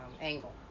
angle